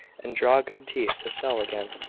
and draw good teeth to sell again.